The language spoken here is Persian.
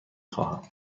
خواهم